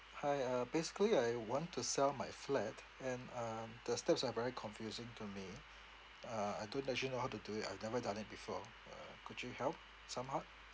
hi uh basically I want to sell my flat and uh the steps are very confusing to me uh I don't actually know how to do it I've never done it before uh could you help somehow